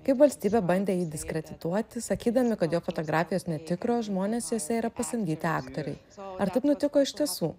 kaip valstybė bandė jį diskredituoti sakydami kad jo fotografijos netikros žmonės jose yra pasamdyti aktoriai ar taip nutiko iš tiesų